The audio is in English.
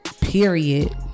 period